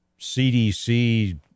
CDC